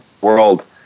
world